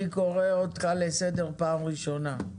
אני קורה אותך לסדר פעם ראשונה.